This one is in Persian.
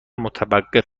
متوقف